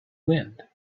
wind